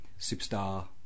superstar